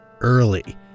early